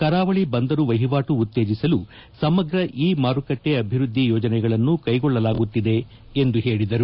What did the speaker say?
ಕರಾವಳಿ ಬಂದರು ವಹಿವಾಟು ಉತ್ತೇಜಿಸಲು ಸಮಗ್ರ ಇ ಮಾರುಕಟ್ಟೆ ಅಭಿವೃದ್ದಿ ಯೋಜನೆಗಳನ್ನು ಕೈಗೊಳ್ಳಲಾಗುತ್ತಿದೆ ಎಂದು ಹೇಳಿದರು